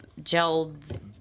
gelled